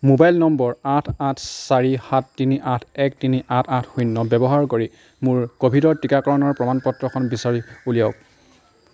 mobile number আঠ আঠ চাৰি সাত তিনি আঠ এক তিনি আঠ আঠ শূণ্য ব্যৱহাৰ কৰি মোৰ ক'ভিডৰ টিকাকৰণৰ প্ৰমাণ পত্ৰখন বিচাৰি উলিয়াওক